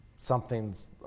Something's